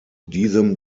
diesem